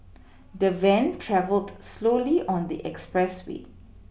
the van travelled slowly on the expressway